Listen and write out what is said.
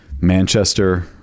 Manchester